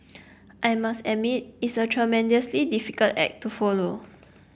I must admit it's a tremendously difficult act to follow